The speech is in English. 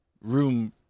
room